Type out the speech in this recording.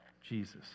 Jesus